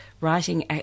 writing